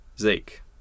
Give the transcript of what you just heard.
Zeke